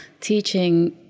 teaching